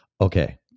Okay